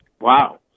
Wow